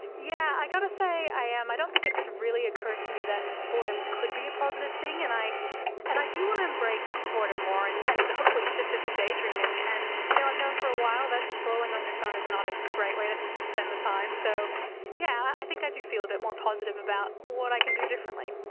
yeah, i've got to say i am. i don't think it's really occurred to me that boredom could be a positive thing, and i and i do want to embrace boredom more and and hopefully shift it to daydreaming. and you know i've known for a while that scrolling on your phone is not a great way to spend the time, so yeah, i think i do feel a bit more positive about what i can do differently.